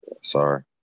Sorry